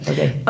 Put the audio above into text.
Okay